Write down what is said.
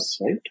right